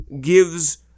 Gives